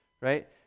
Right